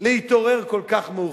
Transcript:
להתעורר כל כך מאוחר?